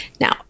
Now